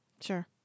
Sure